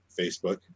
facebook